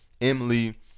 emily